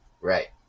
Right